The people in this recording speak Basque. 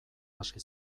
hasi